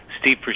Steve